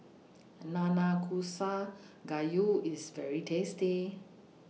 Nanakusa Gayu IS very tasty